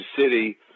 City